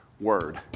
word